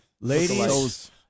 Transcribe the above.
Ladies